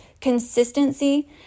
Consistency